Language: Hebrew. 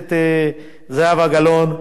הכנסת זהבה גלאון.